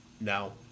Now